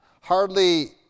hardly